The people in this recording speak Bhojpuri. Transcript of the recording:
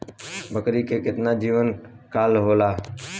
बकरी के केतना जीवन काल होला?